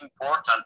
important